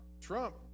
trump